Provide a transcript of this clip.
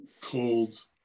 cold